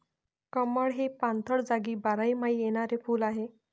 कमळ हे पाणथळ जागी बारमाही येणारे फुल आहे